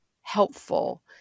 helpful